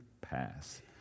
pass